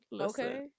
Okay